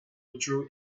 withdrew